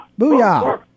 Booyah